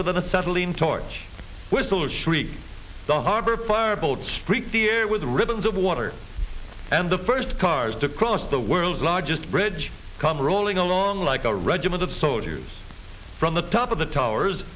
with a seventeen torch whistle shriek the harbor far boat st cyr with ribbons of water and the first cars to cross the world's largest bridge come rolling along like a regiment of soldiers from the top of the towers